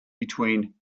between